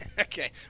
Okay